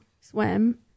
swim